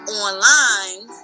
online